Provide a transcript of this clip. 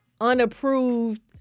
unapproved